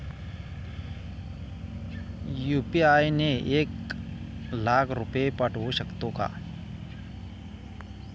UPI ने एक लाख रुपये पाठवू शकतो का?